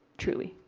truly.